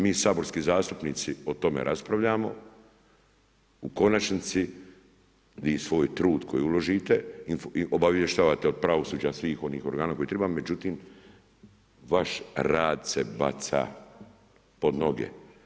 Mi saborski zastupnici o tome raspravljamo u konačnici vi svoj trud koji uložite i obavještavate od pravosuđa svih onih organa koji triba, međutim vaš rad se baca pod noge.